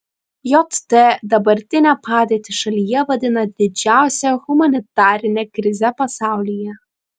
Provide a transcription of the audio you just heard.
jt dabartinę padėtį šalyje vadina didžiausia humanitarine krize pasaulyje